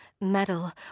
metal